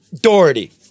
Doherty